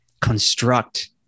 construct